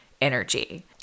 energy